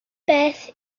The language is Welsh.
beth